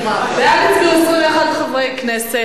הצביעו 21 חברי כנסת,